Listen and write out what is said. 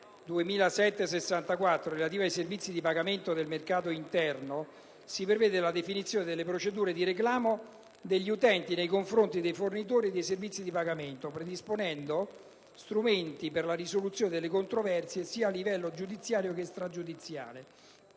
2007/64 relativa ai servizi di pagamento nel mercato interno, si prevede la definizione delle procedure di reclamo degli utenti nei confronti dei fornitori di servizi di pagamento, predisponendo strumenti per la risoluzione delle controversie, sia a livello giudiziale che stragiudiziale.